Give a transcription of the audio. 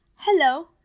Hello